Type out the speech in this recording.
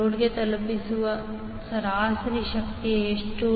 ಲೋಡ್ಗೆ ತಲುಪಿಸುವ ಸರಾಸರಿ ಶಕ್ತಿ ಎಷ್ಟು